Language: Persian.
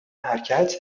حرکت